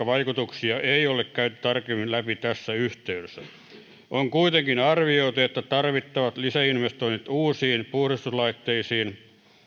vaikutuksia ei ole käyty tarkemmin läpi tässä yhteydessä on kuitenkin arvioitu että tarvittavat lisäinvestoinnit uusiin puhdistuslaitteisiin